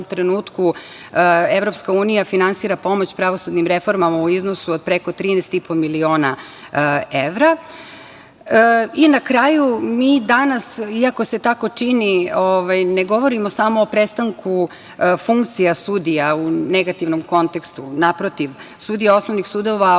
trenutku EU finansira pomoć pravosudnim reformama u iznosu od preko 13,5 miliona evra. Na kraju, mi danas, iako se tako čini, ne govorimo samo o prestanku funkcija sudija u negativnom kontekstu. Naprotiv, sudije osnovnih sudova